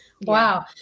Wow